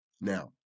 now